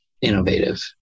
innovative